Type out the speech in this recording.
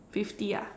fifty ah